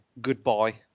goodbye